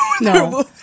No